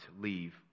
leave